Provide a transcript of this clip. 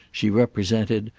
she represented,